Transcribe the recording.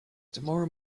tomorrow